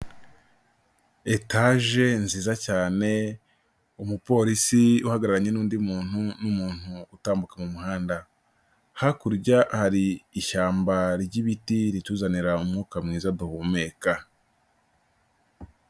Etaje nziza cyane, umupolisi uhagararanye n'undi muntu n'umuntu utambuka mu umuhanda, hakurya hari ishyamba ry'ibiti rituzanira umwuka mwiza duhumeka.